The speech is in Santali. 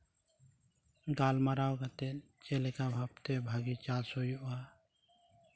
ᱜᱟᱞᱢᱟᱨᱟᱣ ᱠᱟᱛᱮᱫ ᱪᱮᱫ ᱞᱮᱠᱟ ᱵᱷᱟᱵᱽᱛᱮ ᱵᱷᱟᱹᱜᱤ ᱪᱟᱥ ᱦᱩᱭᱩᱜᱼᱟ